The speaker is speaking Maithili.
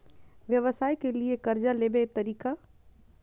व्यवसाय के लियै कर्जा लेबे तरीका?